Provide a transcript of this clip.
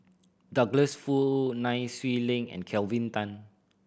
Douglas Foo Nai Swee Leng and Kelvin Tan